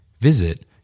Visit